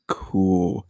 cool